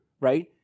right